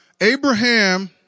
Abraham